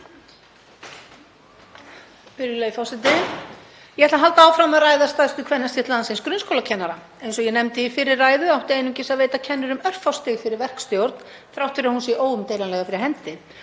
Ég ætla að halda áfram að ræða stærstu kvennastétt landsins, grunnskólakennara. Eins og ég nefndi í fyrri ræðu átti einungis að veita kennurum örfá stig fyrir verkstjórn þrátt fyrir að hún sé óumdeilanlega fyrir hendi